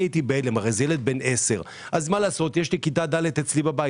נדהמתי זה ילד בן 10. יש לי בן 10 בבית,